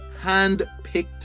handpicked